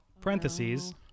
Parentheses